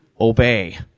Obey